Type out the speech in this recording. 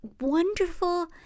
wonderful